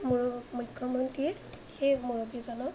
মুখ্যমন্ত্ৰীয়ে সেই মুৰব্বীজনক